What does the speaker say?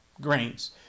grains